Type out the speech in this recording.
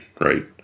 right